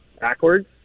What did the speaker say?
backwards